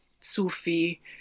Sufi